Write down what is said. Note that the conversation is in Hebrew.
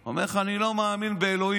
הוא אומר לך: אני לא מאמין באלוהים.